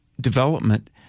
development